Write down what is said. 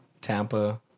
Tampa